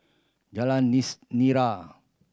Jalan Nira